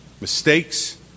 Mistakes